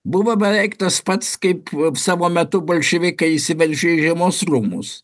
buvo beveik tas pats kaip savo metu bolševikai įsiveržė į žiemos rūmus